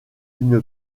une